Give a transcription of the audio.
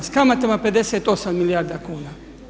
S kamatama 58 milijarda kuna.